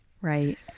right